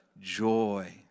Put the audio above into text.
joy